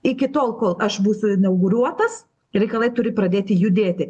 iki tol kol aš būsiu inauguruotas reikalai turi pradėti judėti